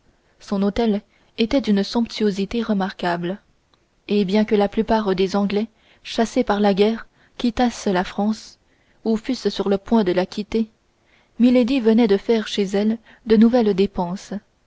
son hôtel était d'une somptuosité remarquable et bien que la plupart des anglais chassés par la guerre quittassent la france ou fussent sur le point de la quitter milady venait de faire faire chez elle de nouvelles dépenses